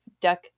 duck